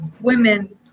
women